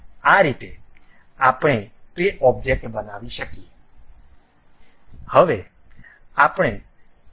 આ રીતે આપણે તે ઓબ્જેક્ટ બનાવી શકીએ